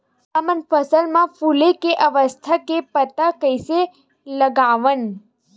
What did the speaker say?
हमन फसल मा फुले के अवस्था के पता कइसे लगावन?